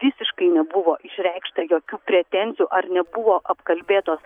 visiškai nebuvo išreikšta jokių pretenzijų ar nebuvo apkalbėtos